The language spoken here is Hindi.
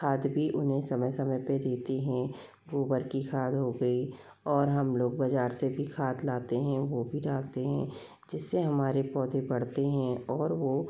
खाद भी उन्हें समय समय पर देते हैं गोबर की खाद हो गई और हम लोग बाजार से भी खाद लाते हैं वो भी डालते हैं जिससे हमारे पौधे बढ़ते हैं और वो